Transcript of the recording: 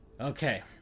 Okay